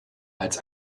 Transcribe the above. als